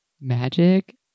Magic